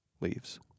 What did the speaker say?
leaves